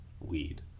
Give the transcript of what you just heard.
weed